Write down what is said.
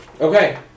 Okay